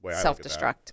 Self-destruct